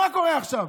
מה קורה עכשיו?